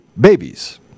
babies